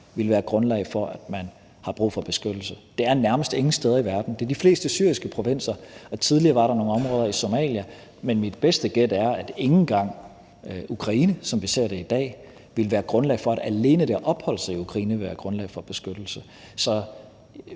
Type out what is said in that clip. ville være grundlag for, at man havde brug for beskyttelse. Det er nærmest ingen steder i verden. Det er i de fleste syriske provinser, og tidligere var der nogle områder i Somalia, men mit bedste gæt er, at ikke engang alene det at opholde sig i Ukraine, som vi ser det i dag, vil være grundlag for beskyttelse.